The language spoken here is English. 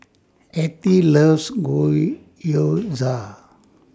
Ethie loves Gyoza